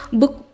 book